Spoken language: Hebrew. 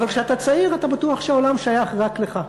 אבל כשאתה צעיר אתה בטוח שהעולם שייך רק לך.